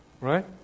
Right